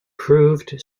proved